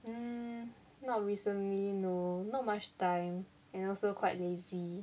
mm not recently no not much time and also quite lazy